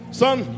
son